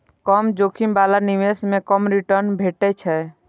कम जोखिम बला निवेश मे कम रिटर्न भेटै छै